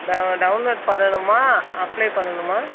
download பண்ணணுமா apply பண்ணணுமா